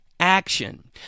action